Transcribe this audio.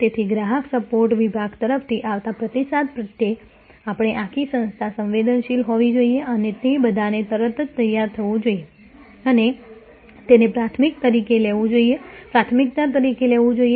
તેથી ગ્રાહક સપોર્ટ વિભાગ તરફથી આવતા પ્રતિસાદ પ્રત્યે આપણે આખી સંસ્થા સંવેદનશીલ હોવી જોઈએ અને તે બધાએ તરત જ તૈયાર થવું જોઈએ અને તેને પ્રાથમિકતા તરીકે લેવું જોઈએ